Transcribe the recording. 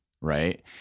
right